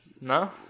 No